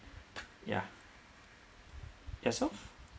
yeah yourself